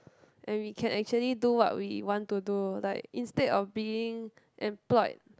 and we can actually do what we want to do like instead of being employed